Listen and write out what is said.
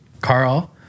Carl